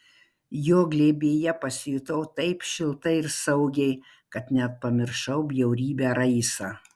jo glėbyje pasijutau taip šiltai ir saugiai kad net pamiršau bjaurybę raisą